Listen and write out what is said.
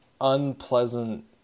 unpleasant